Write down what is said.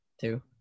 two